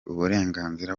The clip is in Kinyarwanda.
uburenganzira